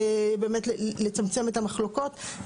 באמת לצמצם את המחלוקות.